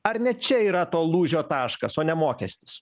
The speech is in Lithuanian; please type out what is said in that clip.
ar ne čia yra to lūžio taškas o ne mokestis